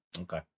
Okay